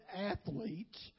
athletes